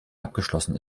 abgeschlossen